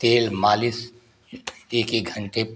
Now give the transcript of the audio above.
तेल मालिश एक एक घंटे